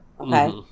Okay